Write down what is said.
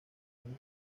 son